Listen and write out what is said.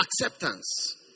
acceptance